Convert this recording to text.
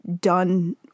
done